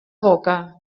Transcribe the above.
boca